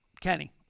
Kenny